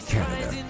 Canada